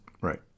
right